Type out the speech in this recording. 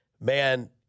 man